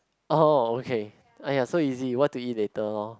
oh okay !aiya! so easy what to eat later lor